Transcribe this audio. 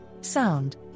sound